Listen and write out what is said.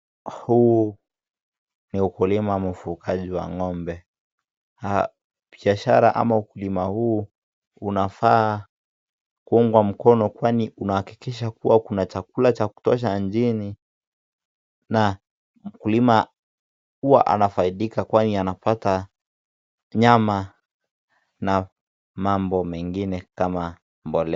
Huu ni ukulima ama ufugaji wa ng'ombe. Biashara ama ukulima huu unafaa kuungwa mkono kwani unahakikisha kuwa kuna chakula cha kutosha mjini na mkulima huwa anafaidika kwani anapata nyama na mambo mengine kama mbolea.